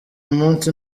munsi